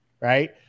right